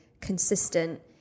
consistent